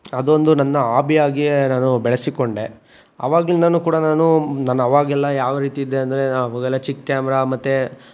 ಅದೊಂದು ನನ್ನ ಆಬಿಯಾಗಿಯೆ ನಾನು ಬೆಳೆಸಿಕೊಂಡೆ ಅವಾಗ್ಲಿಂದನು ಕೂಡ ನಾನು ನಾನು ಅವಾಗೆಲ್ಲ ಯಾವ ರೀತಿ ಇದ್ದೆ ಅಂದರೆ ನಾನು ಆವಾಗಲೆ ಚಿಕ್ಕ ಕ್ಯಾಮೆರ ಮತ್ತು